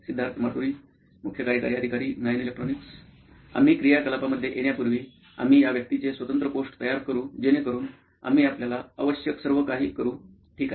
सिद्धार्थ माटुरी मुख्य कार्यकारी अधिकारी नॉइन इलेक्ट्रॉनिक्स आम्ही क्रियाकलापांमध्ये येण्यापूर्वी आम्ही या व्यक्तीचे स्वतंत्र पोस्ट तयार करू जेणेकरून आम्ही आपल्याला आवश्यक सर्वकाही करू ठीक आहे